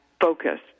focus